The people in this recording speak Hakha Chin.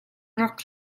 rak